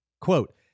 Quote